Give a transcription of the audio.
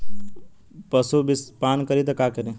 पशु विषपान करी त का करी?